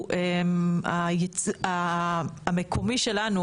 באמת, חברות חשמל שלנו, המקומי שלנו,